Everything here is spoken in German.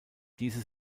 diese